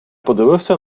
подивився